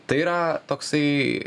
tai yra toksai